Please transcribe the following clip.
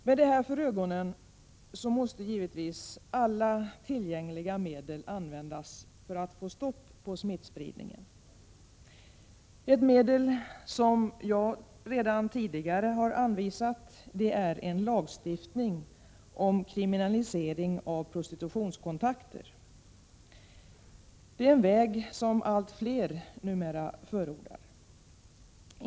Med denna situation för ögonen måste vi givetvis använda alla tillgängliga medel för att få stopp på smittspridningen. Ett medel som jag redan tidigare har anvisat är en lagstiftning om kriminalisering av prostitutionskontakter. Det är en väg som allt fler numera förordar.